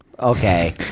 okay